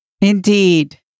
Indeed